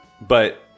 But-